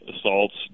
assaults